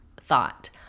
thought